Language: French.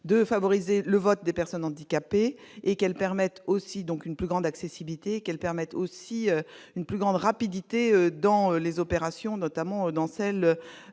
de favoriser le vote des personnes handicapées et qu'elles permettent aussi, donc une plus grande accessibilité qu'elle permettent aussi une plus grande rapidité dans les opérations, notamment dans celle